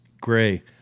Gray